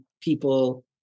people